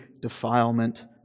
defilement